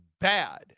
bad